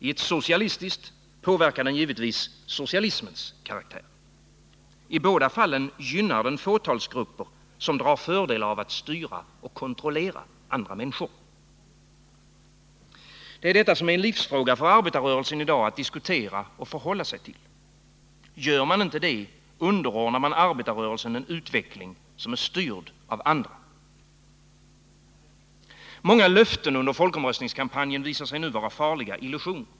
I ett socialistiskt påverkar den givetvis socialismens karaktär. I båda fallen gynnar den fåtalsgrupper, som drar fördel av att styra och kontrollera andra människor. Detta är en livsfråga för arbetarrörelsen i dag att diskutera och förhålla sig till. Gör man inte det underordnas arbetarrörelsen en utveckling som är styrd av andra. Många löften under folkomröstningskampanjen visar sig nu vara farliga illusioner.